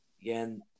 Again